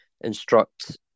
instruct